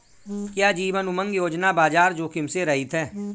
क्या जीवन उमंग योजना बाजार जोखिम से रहित है?